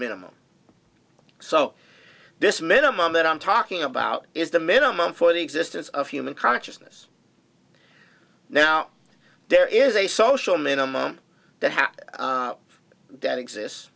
minimum so this minimum that i'm talking about is the minimum for the existence of human consciousness now there is a social minimum that have that exists